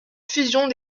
fusion